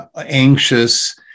anxious